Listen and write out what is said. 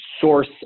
source